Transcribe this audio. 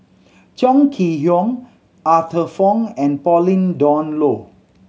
Chong Kee Hiong Arthur Fong and Pauline Dawn Loh